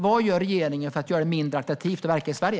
Var gör regeringen för att göra det mindre attraktivt att verka i Sverige?